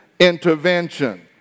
intervention